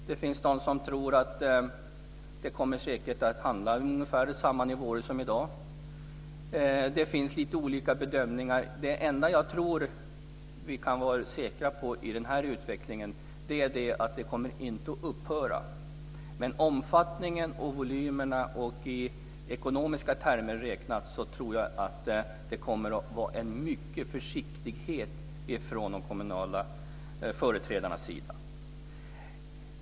Det finns också de som tror att det kommer hamna på ungefär samma nivåer som i dag. Det finns lite olika bedömningar. Det enda jag tror att vi kan vara säkra på i den här utvecklingen är att det inte kommer att upphöra. Beträffande omfattningen och volymerna, också i ekonomiska termer räknat, tror jag att det kommer att vara en mycket stor försiktighet från de kommunala företrädarnas sida.